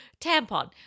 Tampon